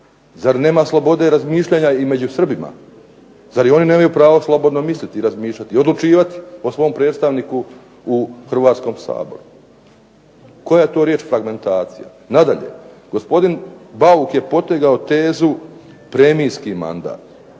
Zar nema slobode razmišljanja i među Srbima? Zar i oni nemaju pravo slobodno misliti i razmišljati, i odlučivati o svom predstavniku u Hrvatskom saboru? Koja je to riječ fragmentacija? Nadalje gospodin Bauk je potegao tezu premijski mandat.